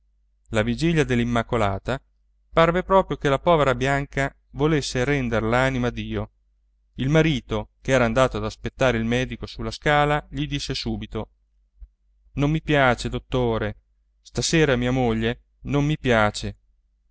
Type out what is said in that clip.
la vigilia dell'immacolata parve proprio che la povera bianca volesse rendere l'anima a dio il marito ch'era andato ad aspettare il medico sulla scala gli disse subito non mi piace dottore stasera mia moglie non mi piace